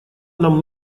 нам